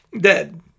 dead